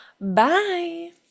bye